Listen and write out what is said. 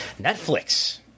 netflix